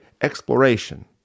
exploration